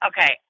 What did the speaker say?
Okay